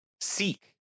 seek